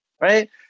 right